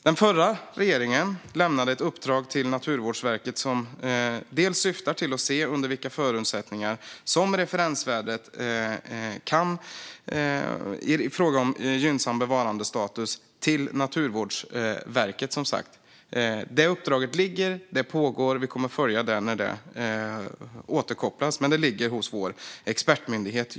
Den förra regeringen lämnade som sagt ett uppdrag till Naturvårdsverket som syftar till att se under vilka förutsättningar vargens referensvärde i fråga om populationsstorlek för gynnsam bevarandestatus enligt art och habitatdirektivet skulle kunna vara inom intervallet 170-270. Det uppdraget ligger kvar, det pågår och vi kommer att följa det när det återkopplas. Men just nu ligger det hos vår expertmyndighet.